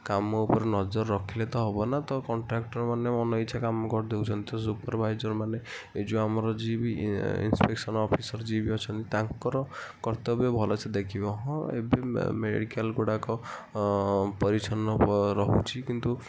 କାମ ଉପରେ ନଜର ରଖିଲେ ତ ହବ ନା ତ କଣ୍ଟ୍ରାକ୍ଟର୍ ମାନେ ମନ ଇଚ୍ଛା କାମ କରିଦେଉଛନ୍ତି ତ ସୁପରଭାଇଜର୍ ମାନେ ଏ ଯେଉଁ ଆମର ଯିଏ ବି ଇନ୍ସପେକ୍ସନ୍ ଅଫିସର୍ ଯିଏବି ଅଛନ୍ତି ତାଙ୍କର କର୍ତ୍ତବ୍ୟ ଭଲ ସେ ଦେଖିବା ହଁ ଏବେ ମେଡ଼ିକାଲ୍ ଗୁଡ଼ାକ ପରିଚ୍ଛନ୍ନ ରହୁଛି କିନ୍ତୁ